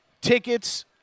Tickets